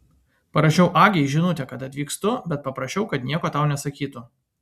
parašiau agei žinutę kad atvykstu bet paprašiau kad nieko tau nesakytų